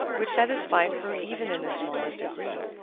which satisfied her even in the smallest degree.